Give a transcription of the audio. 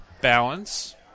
balance